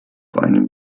einem